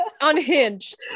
Unhinged